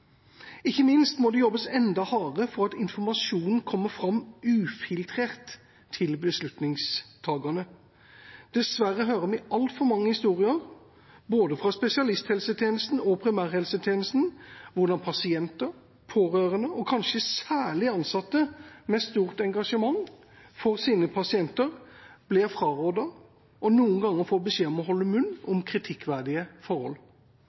Ikke minst må det jobbes enda hardere for at informasjonen kommer fram ufiltrert til beslutningstagerne. Dessverre hører vi altfor mange historier både fra spesialisthelsetjenesten og primærhelsetjenesten om hvordan pasienter, pårørende og kanskje særlig ansatte med stort engasjement for sine pasienter blir frarådet å si noe, og noen ganger får beskjed om å holde munn om kritikkverdige forhold.